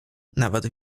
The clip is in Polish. nawet